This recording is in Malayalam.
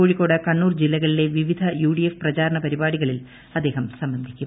കോഴിക്കോട് കണ്ണൂർ ജില്ലകളിലെ പിപിധ യുഡിഎഫ് പ്രചാരണ പരിപാടികളിൽ അദ്ദേഹം സംബന്ധിക്കും